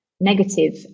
negative